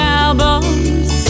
albums